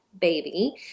baby